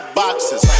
boxes